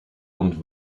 und